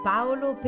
Paolo